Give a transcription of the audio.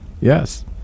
Yes